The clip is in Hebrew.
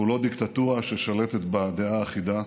אנחנו לא דיקטטורה, ששולטת בה דעה אחידה,